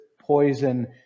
poison